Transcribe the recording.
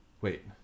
Wait